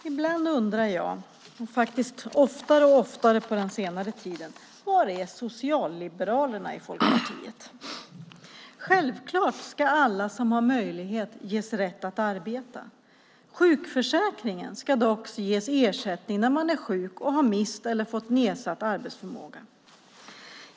Herr talman! Ibland undrar jag, och oftare och oftare under senare tid: Var är socialliberalerna i Folkpartiet? Självklart ska alla som har möjlighet ges rätt att arbeta. Ersättning från sjukförsäkringen ska dock ges när man är sjuk och har mist eller fått nedsatt arbetsförmåga.